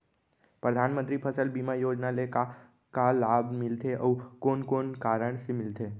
परधानमंतरी फसल बीमा योजना ले का का लाभ मिलथे अऊ कोन कोन कारण से मिलथे?